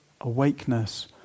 awakeness